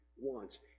wants